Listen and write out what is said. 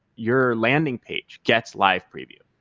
your landing page gets live preview.